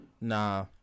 Nah